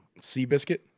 Seabiscuit